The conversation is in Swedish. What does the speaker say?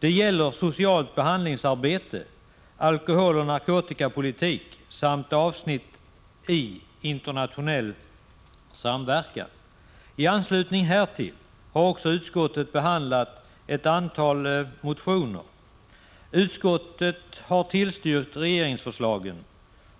Det gäller socialt behandlingsarbete, alkoholoch narkotikapolitik samt avsnitt I, Internationell samverkan. I anslutning härtill har utskottet också behandlat ett antal motioner. Utskottet har tillstyrkt regeringsförslagen